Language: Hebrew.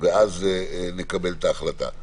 ואז נקבל החלטה.